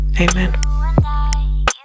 Amen